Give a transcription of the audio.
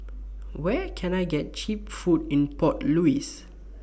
Where Can I get Cheap Food in Port Louis